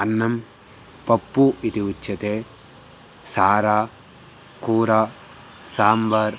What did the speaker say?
अन्नं पप्पु इति उच्यते सारा कूरा साम्बार्